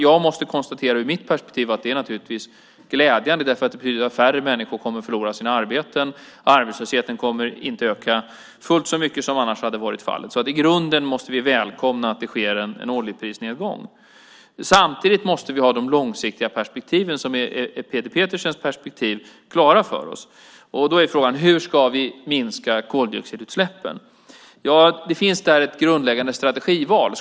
Jag måste konstatera ur mitt perspektiv att det är glädjande. Det betyder att färre människor kommer att förlora sina arbeten. Arbetslösheten kommer inte att öka fullt så mycket som annars hade varit fallet. I grunden måste vi välkomna att det sker en oljeprisnedgång. Samtidigt måste vi ha de långsiktiga perspektiven, Peter Pedersens perspektiv, klara för oss. Då är frågan hur vi ska minska koldioxidutsläppen. Det finns ett grundläggande strategival.